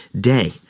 day